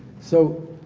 so,